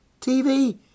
tv